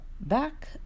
back